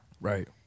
Right